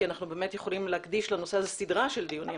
כי אנחנו באמת יכולים להגדיש לנושא הזה סידרה של דיונים,